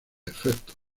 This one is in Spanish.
efectos